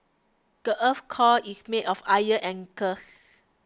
the earth's core is made of iron and